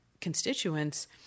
constituents